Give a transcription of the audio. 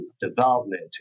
development